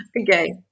Okay